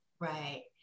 right